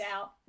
out